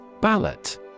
Ballot